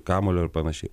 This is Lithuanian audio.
kamuolio ar panašiai